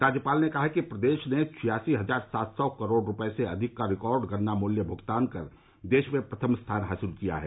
राज्यपाल ने कहा कि प्रदेश ने छियासी हजार सात सौ करोड़ रूपये से अधिक का रिकॉर्ड गन्ना मूल्य भ्गतान कर देश में प्रथम स्थान हासिल किया है